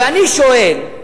ואני שואל,